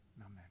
Amen